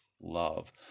love